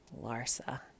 Larsa